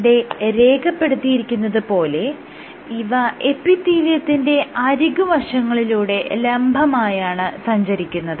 ഇവിടെ രേഖപ്പെടുത്തിയിരിക്കുന്നത് പോലെ ഇവ എപ്പിത്തീലിയത്തിന്റെ അരികുവശങ്ങളിലൂടെ ലംബമായാണ് സഞ്ചരിക്കുന്നത്